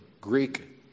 Greek